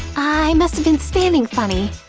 i must've been standing funny.